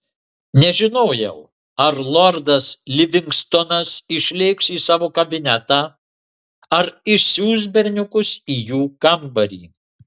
nežinojau ar lordas livingstonas išlėks į savo kabinetą ar išsiųs berniukus į jų kambarį